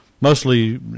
mostly